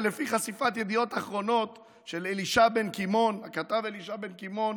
ולפי חשיפת ידיעות אחרונות של הכתב אלישע בן קימון